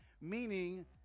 meaning